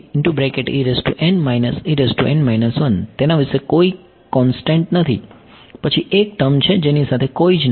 તેથી તેના વિશે કોઈ કોન્ટેસ્ટ નથી પછી એક ટર્મ છે જેની સાથે કોઈ નથી